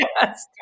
Yes